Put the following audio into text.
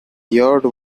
yard